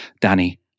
Danny